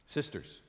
Sisters